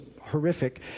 horrific